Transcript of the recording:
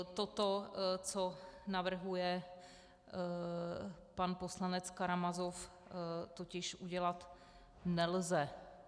Toto, co navrhuje pan poslanec Karamazov, totiž udělat nelze.